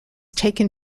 taken